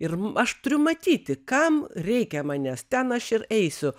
ir aš turiu matyti kam reikia manęs ten aš ir eisiu